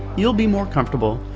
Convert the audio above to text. you'll be more comfortable,